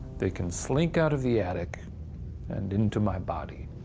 they can slink out of the attic and into my body.